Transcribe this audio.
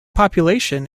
population